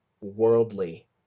worldly